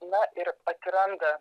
na ir atsiranda